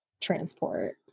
transport